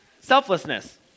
Selflessness